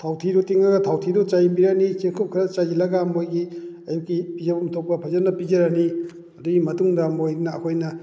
ꯊꯥꯎꯊꯤꯗꯣ ꯇꯤꯡꯉꯒ ꯊꯥꯎꯊꯤꯗꯣ ꯆꯥꯏꯕꯤꯔꯅꯤ ꯆꯦꯡꯀꯨꯞ ꯈꯔ ꯆꯥꯏꯁꯤꯜꯂꯒ ꯃꯣꯏꯒꯤ ꯑꯌꯨꯛꯀꯤ ꯄꯤꯖꯐꯝ ꯊꯣꯛꯄ ꯐꯖꯅ ꯄꯤꯖꯔꯅꯤ ꯑꯗꯨꯒꯤ ꯃꯇꯨꯡꯗ ꯃꯣꯏꯅ ꯑꯩꯈꯣꯏꯅ